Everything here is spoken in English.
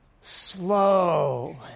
slow